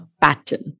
pattern